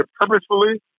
purposefully